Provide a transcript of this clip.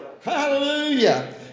Hallelujah